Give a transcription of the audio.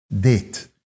date